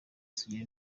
sugira